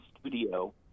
studio